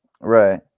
Right